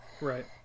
Right